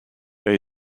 they